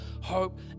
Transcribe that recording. hope